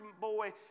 boy